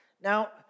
Now